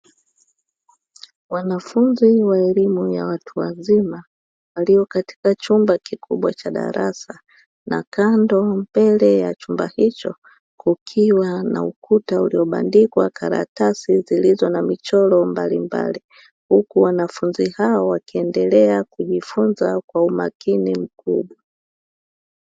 Wanafunzi wa elimu ya watu wazima walio katika chumba kikubwa cha darasa na kando mbele ya chumba hicho kukiwa na ukuta uliobandikwa karatasi zilizona michoro mbalimbali, huku wanafunzi hao wakiendelea kujifunza kwa umakini mkubwa.